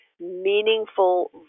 meaningful